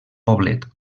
poblet